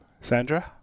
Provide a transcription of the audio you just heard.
Sandra